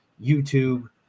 YouTube